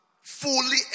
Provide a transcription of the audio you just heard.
fully